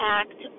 act